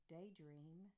Daydream